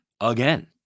Again